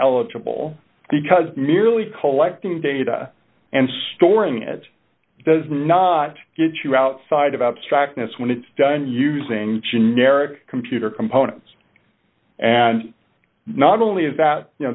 eligible because merely collecting data and storing it does not get you outside of abstractness when it's done using generic computer components and not only is that